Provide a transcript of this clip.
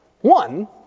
One